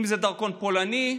אם זה דרכון פולני,